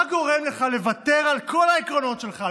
מה גורם לך לוותר על כל העקרונות שלך,